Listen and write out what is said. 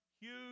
huge